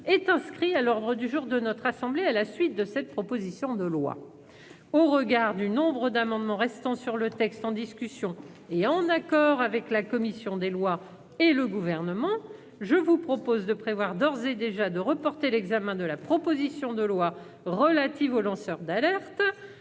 est inscrit à l'ordre du jour de notre assemblée à la suite de cette proposition de loi. Au regard du nombre d'amendements restant sur le texte en discussion et en accord avec la commission des lois et le Gouvernement, je vous propose de prévoir d'ores et déjà de reporter l'examen de la proposition de loi visant à améliorer la